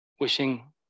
Wishing